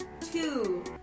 Two